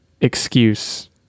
excuse